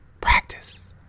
Practice